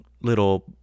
little